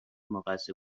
مقصر